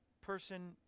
person